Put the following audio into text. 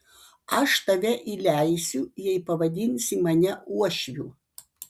aš tave įleisiu jei pavadinsi mane uošviu